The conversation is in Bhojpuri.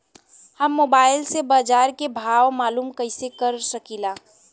हम मोबाइल से बाजार के भाव मालूम कइसे कर सकीला?